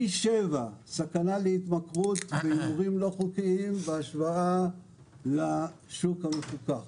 פי שבע סכנה להתמכרות בהימורים לא חוקיים בהשוואה לשוק המפוקח.